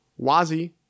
Wazi